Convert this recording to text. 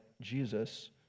Jesus